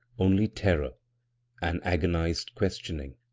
only terror and agonized questionii.